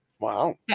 Wow